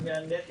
על זה נת"ע